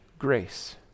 grace